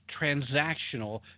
transactional